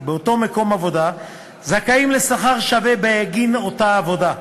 באותו מקום עבודה זכאים לשכר שווה בגין אותה עבודה,